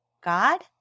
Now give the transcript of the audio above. God